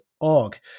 org